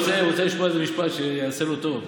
הוא רוצה לשמוע איזה משפט שיעשה לו טוב.